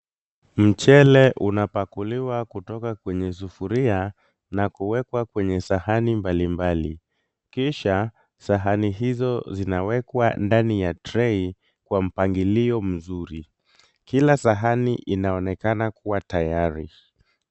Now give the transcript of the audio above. Mchele unapakuliwa kutoka kwenye sufuria na kuwekwa kwenye sahani mbalimbali, kisha sahani hizo zinawekwa ndani ya trei kwa mpangilo mzuri. Kila sahani inaonekana kuwa tayari.